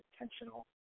intentional